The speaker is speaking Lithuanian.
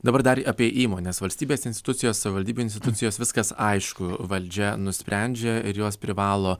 dabar dar apie įmones valstybės institucijos savivaldybių institucijos viskas aišku valdžia nusprendžia ir jos privalo